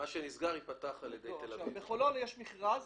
יש מכרז